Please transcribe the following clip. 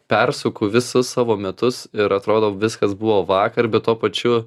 persukau visus savo metus ir atrodo viskas buvo vakar be tuo pačiu